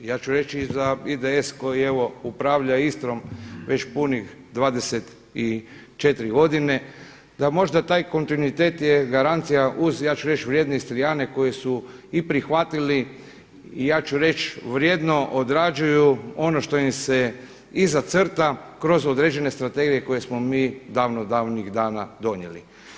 Ja ću reći i za IDS koji evo upravlja Istrom već punih 24 godine da možda taj kontinuitet je garancija uz, ja ću reći vrijedne Istrijane koji su i prihvatili i ja ću reći vrijedno odrađuju ono što im se i zacrta kroz određene strategije koje smo mi davno davnih dana donijeli.